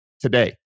today